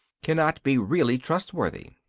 cannot be really trustworthy.